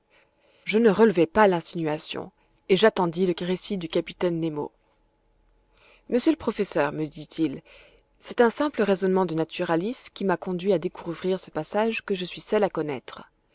je ne relevai pas l'insinuation et j'attendis le récit du capitaine nemo monsieur le professeur me dit-il c'est un simple raisonnement de naturaliste qui m'a conduit a découvrir ce passage que je suis seul à connaître